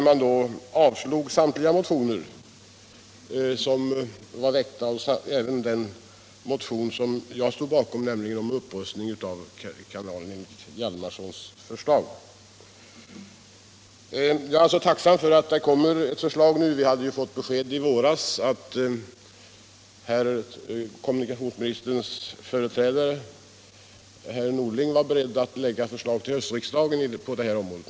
Man avstyrkte samtliga motioner, även den motion jag stod bakom, nämligen om upprustning av kanalen enligt herr Hjalmarsons förslag. Jag är alltså tacksam att det kommer ett förslag nu. Vi fick besked i våras att herr kommunikationsministerns företrädare herr Norling var beredd att lägga fram ett förslag till riksdagen på det här området under hösten.